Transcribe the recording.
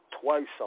twice